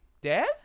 Dad